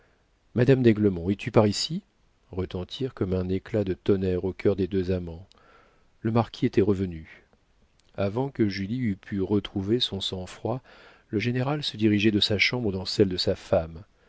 madame d'aiglemont es-tu par ici retentirent comme un éclat de tonnerre au cœur des deux amants le marquis était revenu avant que julie eût pu retrouver son sang-froid le général se dirigeait de sa chambre dans celle de sa femme